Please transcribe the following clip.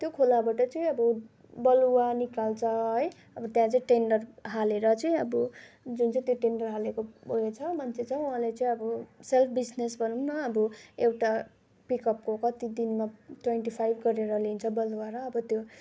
त्यो खोलाबाट चाहिँ अब बालुवा निकाल्छ है अब त्यहाँ चाहिँ टेन्डर हालेर चाहिँ अब जुन चाहिँ त्यो टेन्डर हालेको ऊ यो छ मान्छे छ उहाँलाई चाहिँ अब सेल्फ बिजिनेस भनौँ न अब एउटा पिकअपको कति दिनमा ट्वेन्टी फाइभ गरेर लिन्छ बालुवा र अब त्यो